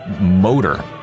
motor